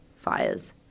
fires